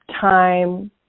time